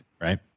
right